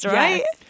right